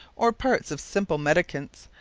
or parts of simple medicaments,